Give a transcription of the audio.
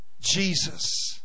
Jesus